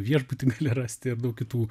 viešbutį gali rasti ir daug kitų